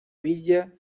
villa